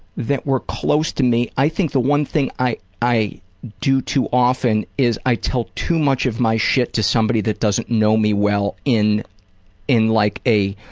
that were close to me. i think the one thing i i do too often is i tell too much of my shit to somebody that doesn't know me well in in like a,